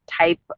type